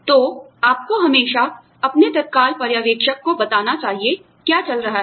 तो आपको हमेशा अपने तत्काल पर्यवेक्षक को बताना चाहिए क्या चल रहा है